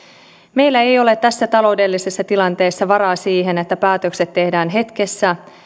meillä ei ole tässä taloudellisessa tilanteessa varaa siihen että päätökset tehdään hetkessä